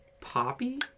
Poppy